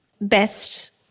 Best